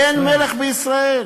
אין מלך בישראל.